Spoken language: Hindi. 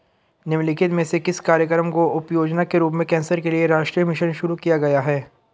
निम्नलिखित में से किस कार्यक्रम को उपयोजना के रूप में कैंसर के लिए राष्ट्रीय मिशन शुरू किया गया है?